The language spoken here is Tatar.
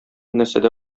нәрсәдә